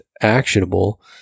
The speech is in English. actionable